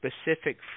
specific